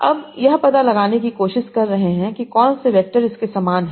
अब यह पता लगाने की कोशिश कर रहे हैं कि कौन से वैक्टर इसके समान हैं